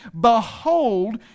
Behold